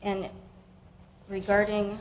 and regarding